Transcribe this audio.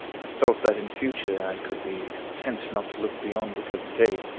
i thought that in future i could be content not to look beyond the present duty,